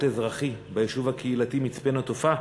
אזרחי ביישוב הקהילתי מצפה-נטופה,